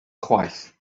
chwaith